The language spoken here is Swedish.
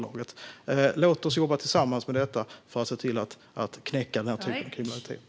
Låt oss jobba tillsammans med detta för att knäcka denna typ av kriminalitet.